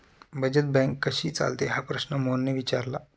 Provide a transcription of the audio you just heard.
बचत बँक कशी चालते हा प्रश्न मोहनने विचारला?